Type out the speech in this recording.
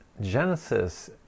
Genesis